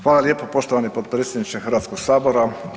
Hvala lijepo poštovani potpredsjedniče Hrvatskog sabora.